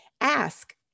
ask